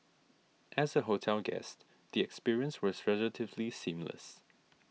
as a hotel guest the experience was relatively seamless